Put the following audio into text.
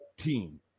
Team